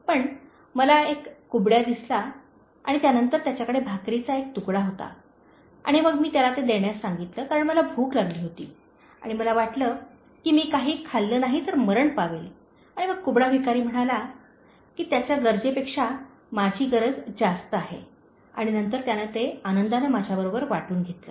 पण मला एक कुबड्या दिसला आणि त्यानंतर त्याच्याकडे भाकरीचा एक तुकडा होता आणि मग मी त्याला ते देण्यास सांगितले कारण मला भूक लागली होती आणि मला वाटले की मी काही खाल्ले नाही तर मरण पावेल आणि मग कुबडा भिकारी म्हणाला की त्याच्या गरजेपेक्षा माझी गरज जास्त आहे आणि नंतर त्याने ते आनंदाने माझ्याबरोबर वाटून घेतले